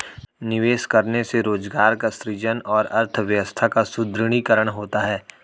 निवेश करने से रोजगार का सृजन और अर्थव्यवस्था का सुदृढ़ीकरण होता है